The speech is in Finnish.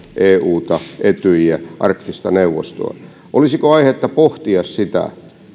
euta etyjiä arktista neuvostoa olisiko aihetta pohtia sitä